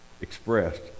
expressed